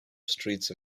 streets